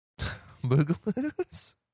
Boogaloo's